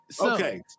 Okay